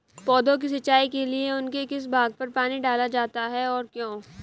पौधों की सिंचाई के लिए उनके किस भाग पर पानी डाला जाता है और क्यों?